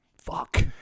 Fuck